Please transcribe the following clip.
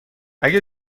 اگه